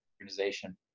organization